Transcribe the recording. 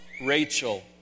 Rachel